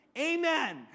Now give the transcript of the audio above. Amen